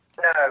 No